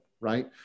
right